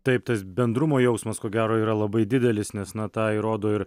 taip tas bendrumo jausmas ko gero yra labai didelis nes na tą įrodo ir